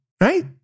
Right